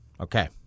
Okay